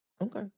Okay